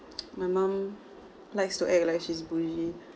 my mom likes to act like she's bourgeois